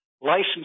license